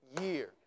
year